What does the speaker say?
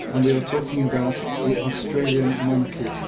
and we are talking about the australian monarchy.